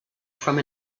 from